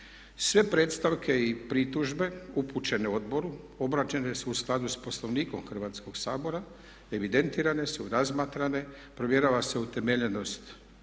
Sve predstavke i pritužbe upućene odboru obrađene su u skladu sa Poslovnikom Hrvatskog sabora, evidentirane su, razmatrane, provjerava se utemeljenost